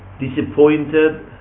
disappointed